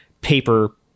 paper